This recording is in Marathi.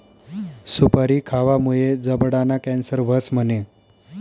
सुपारी खावामुये जबडाना कॅन्सर व्हस म्हणे?